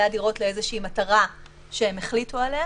הדירות לאיזושהי מטרה שהם החליטו עליה,